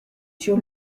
sur